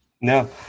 No